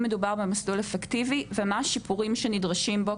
מדובר במסלול אפקטיבי ומה השיפורים שנדרשים בו.